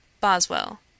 Boswell